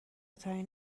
ترین